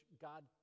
god